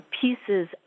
Pieces